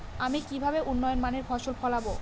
আমি কিভাবে উন্নত মানের ফসল ফলাব?